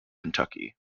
kentucky